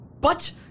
But-